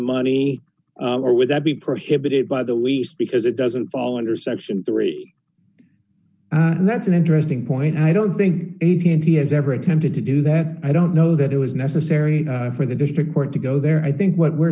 money or would that be prohibited by the lease because it doesn't fall under section three dollars and that's an interesting point i don't think eighty has ever attempted to do that i don't know that it was necessary for the district court to go there i think what we're